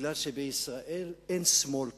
בגלל שבישראל אין שמאל כלכלי.